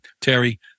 Terry